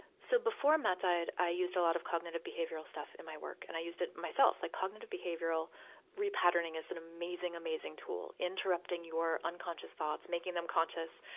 so, before matt died, i used a lot of cognitive behavioral stuff in my work, and i used it on myself. like cognitive behavioral re-patterning is and amazing, amazing tool interrupting your unconscious thoughts, making them conscious,